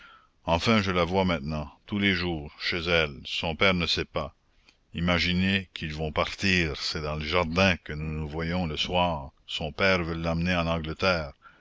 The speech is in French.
enfin je la vois maintenant tous les jours chez elle son père ne sait pas imaginez qu'ils vont partir c'est dans le jardin que nous nous voyons le soir son père veut l'emmener en angleterre